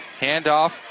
handoff